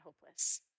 hopeless